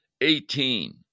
Eighteen